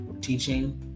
teaching